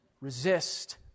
resist